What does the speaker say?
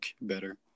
better